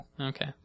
Okay